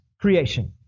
creation